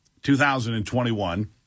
2021